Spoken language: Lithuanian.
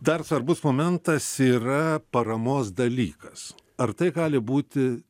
dar svarbus momentas yra paramos dalykas ar tai gali būti